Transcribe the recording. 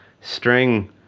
string